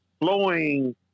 flowing